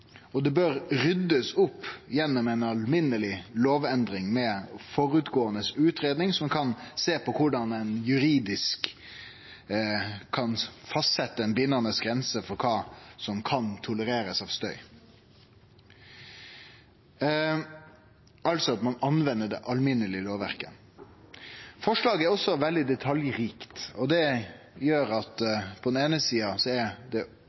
og det bør ryddast opp i gjennom ei alminneleg lovendring med utgreiing på førehand, som kan sjå på korleis ein juridisk kan fastsetje ei bindande grense for kva som kan tolererast av støy – altså at ein bruker det alminnelege lovverket. Forslaget er også veldig detaljrikt. Det gjer at på den eine sida er